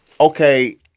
okay